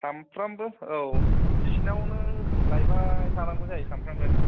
सामफ्रोमबो औ बिसिनावनो लायबाय थानांगौ जायो सामफ्रोमबो